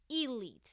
elite